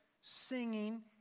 singing